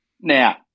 Now